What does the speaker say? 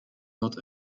not